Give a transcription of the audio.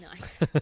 Nice